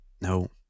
No